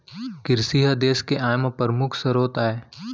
किरसी ह देस के आय म परमुख सरोत आय